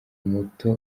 muto